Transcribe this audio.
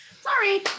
sorry